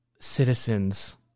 Citizens